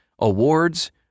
awards